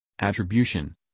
attribution